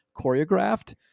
choreographed